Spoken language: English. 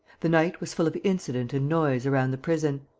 the night was full of incident and noise around the prison.